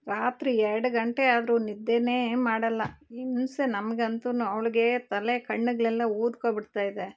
ರಾತ್ರಿ ಎರಡು ಗಂಟೆಯಾದರು ನಿದ್ದೆ ಮಾಡಲ್ಲ ಹಿಂಸೆ ನಮ್ಗಂತು ಅವಳಿಗೆ ತಲೆ ಕಣ್ಣುಗಳೆಲ್ಲ ಊದ್ಕೊ ಬಿಡ್ತಾಯಿದೆ